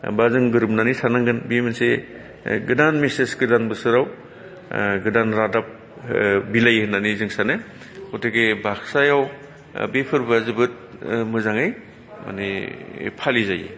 बा जों गोरोबनानै थानांगोन बे मोनसे गोदान मेसेज गोदान बोसोराव ओ गोदान रादाब ओ बिलायो होननानै जों सानो गतिके बाक्सायाव ओ बे फोरबोआ जोबोद ओ मोजाङै मानि फालिजायो